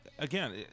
Again